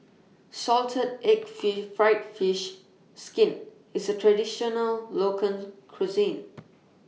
Salted Egg Fish Fried Fish Skin IS A Traditional Local Cuisine